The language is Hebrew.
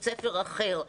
אז בית ספר אחר.